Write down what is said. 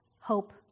hope